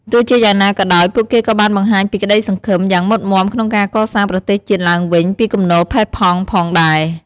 ទោះជាយ៉ាងណាក៏ដោយ ពួកគេក៏បានបង្ហាញពី ក្តីសង្ឃឹម យ៉ាងមុតមាំក្នុងការកសាងប្រទេសជាតិឡើងវិញពីគំនរផេះផង់ផងដែរ។